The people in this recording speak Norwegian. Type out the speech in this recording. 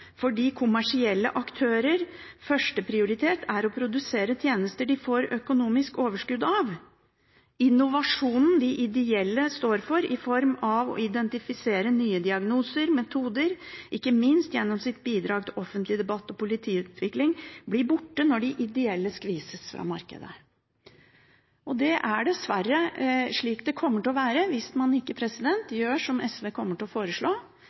fordi kommersielle aktørers første prioritet er å produsere tjenester de får økonomisk overskudd av. Innovasjonen som de ideelle står for i form av å identifisere nye diagnoser, nye metoder og ikke minst gjennom sitt bidrag til offentlig debatt og politikkutvikling, blir borte når de ideelle skvises ut av markedet.» Det er dessverre slik det kommer til å være hvis man ikke gjør som SV kommer til å foreslå: